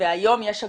והיום יש הגבלות,